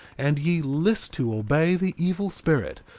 and ye list to obey the evil spirit,